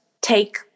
take